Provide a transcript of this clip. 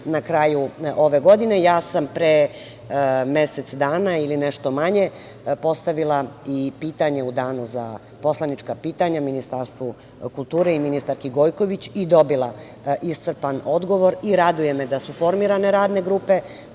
na kraju ove godine. Pre mesec dana ili nešto manje postavila sam i pitanje u danu za poslanička pitanja Ministarstvu kulture i ministarki Gojković i dobila iscrpan odgovor i raduje me da su formirane radne grupe